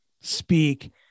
speak